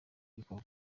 gikorwa